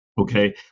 okay